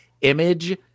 image